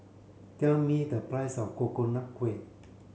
tell me the price of Coconut Kuih